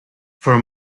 for